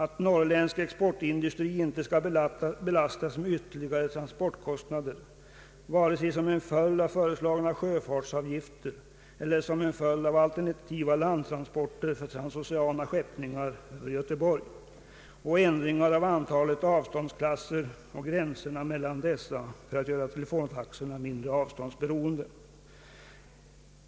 Att norrländsk exportindustri inte skall belastas med ytterligare transportkostnader vare sig som en följd av föreslagna sjöfartsavgifter eller som en följd av alternativa landtransporter för transoceana skeppningar över Göteborg. 3. Ändringar av antalet avståndsklasser och gränserna mellan dessa för att göra teletaxorna mindre avståndsberoende.